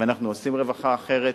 ואנחנו עושים רווחה אחרת.